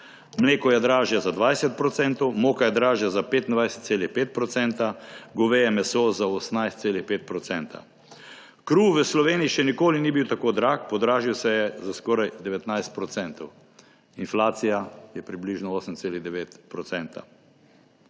mleko je dražje za 20 %, moka je dražja za 25,5 %, goveje meso za 18,5 %, kruh v Sloveniji še nikoli ni bil tako drag, podražil se je za skoraj 19 %, inflacija je približno 8,9 %.